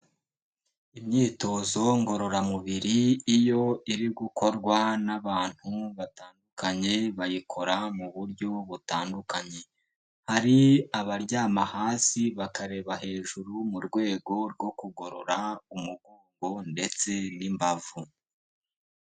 Imyitozo ngororamubiri, iyo iri gukorwa n'abantu batandukanye, bayikora mu buryo butandukanye. Hari abaryama hasi bakareba hejuru, mu rwego rwo kugorora umugongo ndetse n'imbavu.